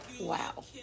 Wow